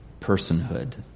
personhood